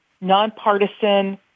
nonpartisan